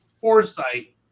foresight